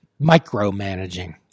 micromanaging